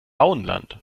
auenland